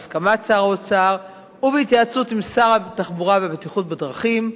בהסכמת שר האוצר ובהתייעצות עם שר התחבורה והבטיחות בדרכים,